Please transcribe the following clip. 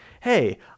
Hey